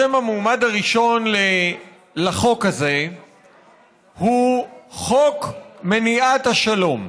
השם המועמד הראשון לחוק הזה הוא חוק מניעת השלום.